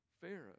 Pharaoh